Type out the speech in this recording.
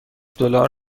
دلار